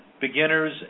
beginners